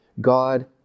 God